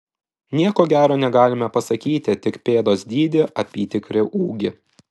nieko gero negalime pasakyti tik pėdos dydį apytikrį ūgį